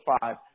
five